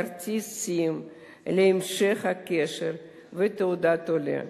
כרטיס SIM להמשך הקשר ותעודת עולה.